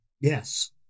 Yes